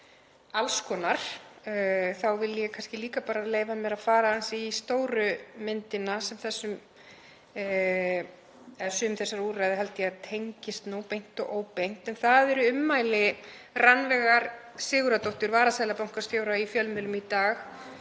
alls konar þá vil ég kannski líka bara leyfa mér að fara aðeins í stóru myndina, sem sum þessara úrræða held ég að tengist beint og óbeint, en það eru ummæli Rannveigar Sigurðardóttur varaseðlabankastjóra í fjölmiðlum í dag